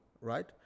right